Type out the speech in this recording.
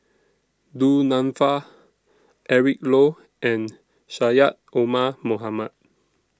Du Nanfa Eric Low and Syed Omar Mohamed